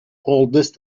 oldest